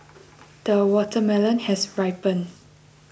the watermelon has ripened